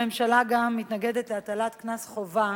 הממשלה גם מתנגדת להטלת קנס חובה